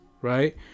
right